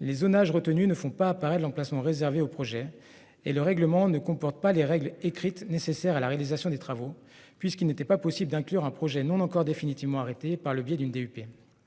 les zonages retenue ne font pas apparaître l'emplacement réservé au projet et le règlement ne comporte pas les règles écrites nécessaires à la réalisation des travaux puisqu'il n'était pas possible d'inclure un projet non encore définitivement arrêté par le biais d'une DUP.